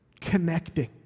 connecting